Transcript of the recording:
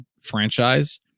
franchise